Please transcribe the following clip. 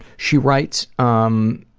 she writes um